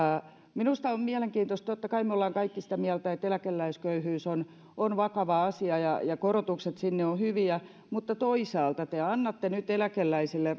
minusta on mielenkiintoista että totta kai me olemme kaikki sitä mieltä että eläkeläisköyhyys on on vakava asia ja ja korotukset sinne ovat hyviä mutta toisaalta te annatte nyt eläkeläisille